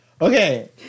Okay